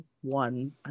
one